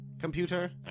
Computer